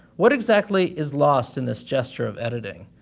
what exactly is lost in this gesture of editing?